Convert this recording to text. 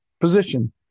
position